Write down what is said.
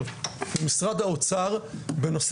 הוא יצטרך לאכלס אותם בתוך